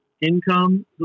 income